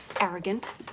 arrogant